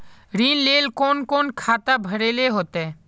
ऋण लेल कोन कोन खाता भरेले होते?